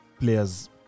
players